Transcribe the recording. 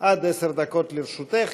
עד עשר דקות לרשותך.